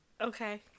Okay